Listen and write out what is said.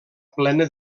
plena